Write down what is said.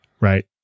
right